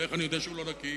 איך אני יודע שהוא לא נקי?